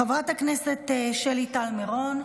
חברת הכנסת שלי טל מירון,